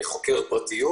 אני חוקר פרטיות.